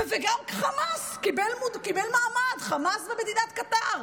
וגם חמאס קיבל מעמד, חמאס ומדינת קטר.